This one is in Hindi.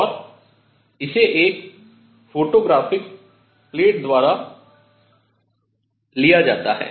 और इसे एक फोटोग्राफिक प्लेट पर लिया जाता है